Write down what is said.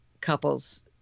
couples